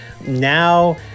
now